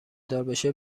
داربشه